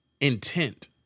intent